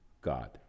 God